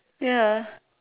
ya